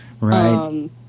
Right